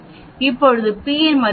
இப்போது p 0